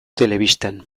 telebistan